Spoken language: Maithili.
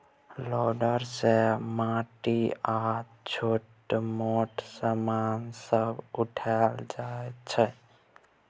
लोडर सँ माटि आ छोट मोट समान सब उठाएल जाइ छै